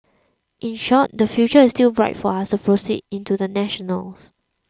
in short the future is still bright for us to proceed into the national's